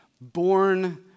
born